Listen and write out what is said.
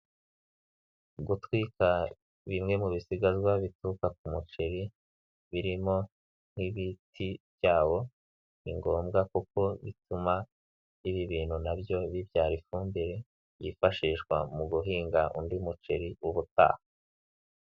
Gutwika bimwe mu bisigazwa bituruka ku muceri birimo nk'ibiti byawo, ni ngombwa kuko bituma ibi bintu na byo bibyara ifumbire, yifashishwa mu guhinga undi muceri w'ubutaha.